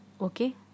Okay